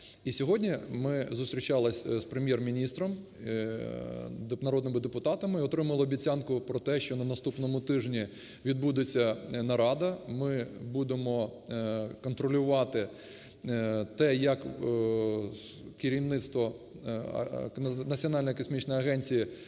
сьогодні ми зустрічалися з Прем'єр-міністром, народними депутатами і отримали обіцянку про те, що на наступному тижні відбудеться нарада, ми будемо контролювати те, як керівництво Національної космічної агенції